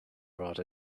brought